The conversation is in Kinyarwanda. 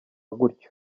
gutyo